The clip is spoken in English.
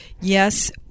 yes